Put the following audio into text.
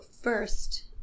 first